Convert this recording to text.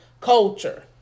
culture